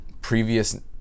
previous